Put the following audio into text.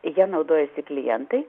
ja naudojasi klientai